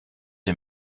des